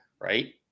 Right